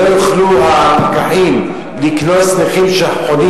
שלא יוכלו הפקחים לקנוס נכים שחונים